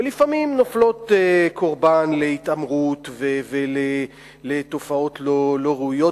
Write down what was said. ולפעמים נופלות קורבן להתעמרות ולתופעות לא ראויות.